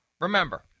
remember